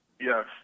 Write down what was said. Yes